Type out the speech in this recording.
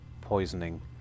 poisoning